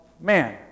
man